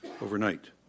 overnight